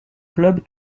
club